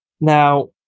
Now